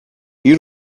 you